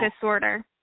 disorder